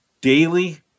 daily